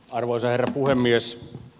arvoisa herra puhemies